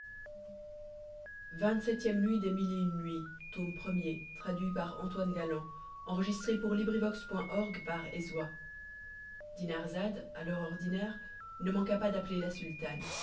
dinarzade à l'heure ordinaire ne manqua pas d'appeler la sultane